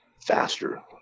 faster